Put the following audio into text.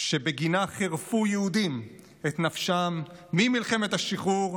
שבגינה חירפו יהודים את נפשם ממלחמת השחרור